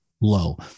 low